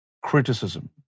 criticism